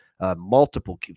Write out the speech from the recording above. multiple